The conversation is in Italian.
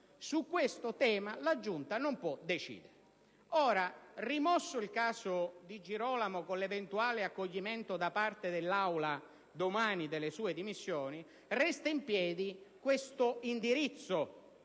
su questo tema la Giunta non può decidere. Ora, rimosso il caso Di Girolamo con l'eventuale accoglimento domani da parte dell'Aula delle sue dimissioni, resta in piedi questo indirizzo